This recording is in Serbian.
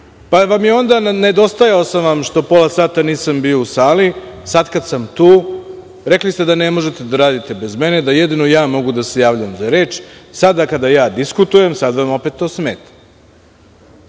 Onda sam vam nedostajao što pola sata nisam bio u sali, a sada kada sam tu, rekli ste da ne možete da radite bez mene i da jedino ja mogu da se javljam za reč. Sada kada ja diskutujem, sada vam opet to smeta. Ne